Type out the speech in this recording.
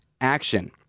action